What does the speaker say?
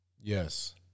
Yes